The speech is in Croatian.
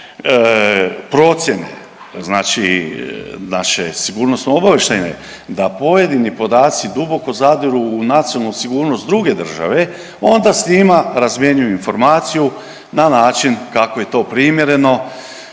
procjene, znači naše sigurnosno-obavještajne da pojedini podaci duboko zadiru u nacionalnu sigurnost druge države onda s njima razmjenjuju informaciju na način kako je to primjereno,